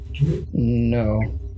No